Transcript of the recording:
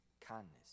kindness